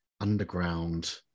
underground